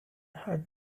had